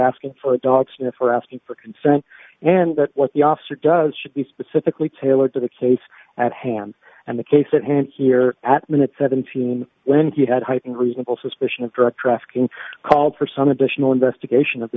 asking for a dog sniff or asking for consent and that what the officer does should be specifically tailored to the case at hand and the case at hand here at minute seventeen when he had heightened reasonable suspicion of drug trafficking called for some additional investigation of the